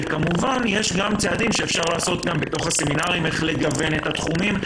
וכמובן יש גם צעדים שאפשר לעשות בתוך הסמינרים כדי לגוון את התחומים.